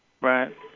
Right